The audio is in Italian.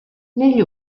negli